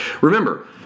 Remember